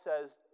says